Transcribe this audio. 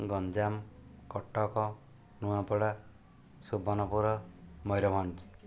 Ganjam Cuttack Nuapada Subarnapur Mayurbhanj